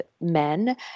men